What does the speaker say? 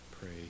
Pray